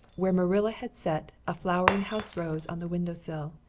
where marilla had set a flowering house rose on the window sill,